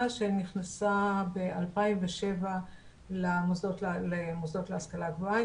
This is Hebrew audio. שנכנסה ב-2007 למוסדות להשכלה גבוהה,